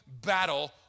battle